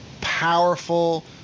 powerful